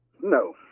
No